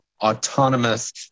autonomous